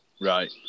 Right